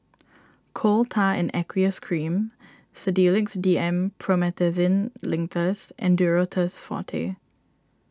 Coal Tar in Aqueous Cream Sedilix D M Promethazine Linctus and Duro Tuss Forte